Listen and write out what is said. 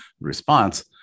response